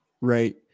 right